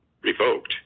revoked